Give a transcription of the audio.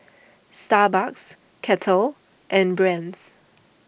Starbucks Kettle and Brand's